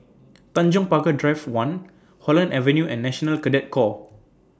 Tanjong Pagar Drive one Holland Avenue and National Cadet Corps